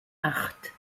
acht